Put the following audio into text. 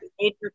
major